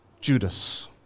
Judas